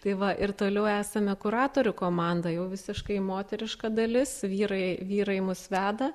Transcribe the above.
tai va ir toliau esame kuratorių komanda jau visiškai moteriška dalis vyrai vyrai mus veda